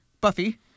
Buffy